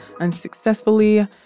unsuccessfully